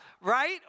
right